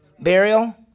burial